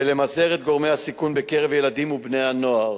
ולמזער את גורמי הסיכון בקרב ילדים ובני נוער,